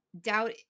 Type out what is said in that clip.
Doubt